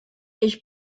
ich